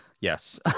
Yes